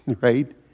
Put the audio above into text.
right